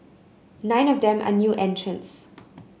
nine of them are new entrants